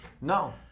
No